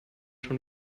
schon